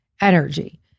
energy